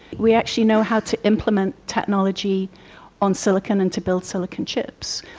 we actually know how to implement technology on silicon and to build silicon chips,